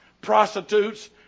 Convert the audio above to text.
prostitutes